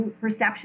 perception